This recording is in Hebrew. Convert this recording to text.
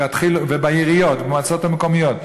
ובעיריות ובמועצות המקומיות,